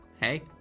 hey